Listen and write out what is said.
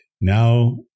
now